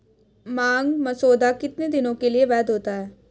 मांग मसौदा कितने दिनों के लिए वैध होता है?